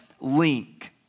link